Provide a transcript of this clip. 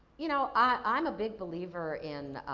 you know, i'm a big believer in